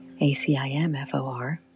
ACIMFOR